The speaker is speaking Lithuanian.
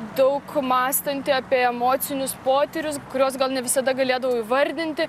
daug mąstanti apie emocinius potyrius kuriuos gal ne visada galėdavau įvardinti